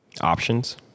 Options